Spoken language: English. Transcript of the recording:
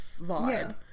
vibe